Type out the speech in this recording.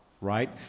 right